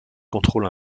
contrôle